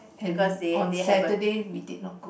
and on Saturday we did not go